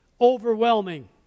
overwhelming